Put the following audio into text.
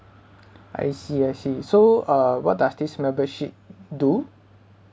I see I see so uh what does this membership do